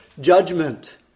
judgment